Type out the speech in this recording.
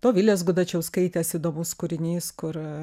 dovilės gudačiauskaitės įdomus kūrinys kur